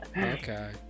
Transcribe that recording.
Okay